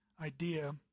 idea